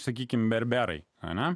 sakykime berberai ane